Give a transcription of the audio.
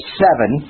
seven